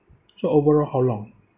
so overall how long